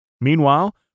Meanwhile